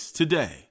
today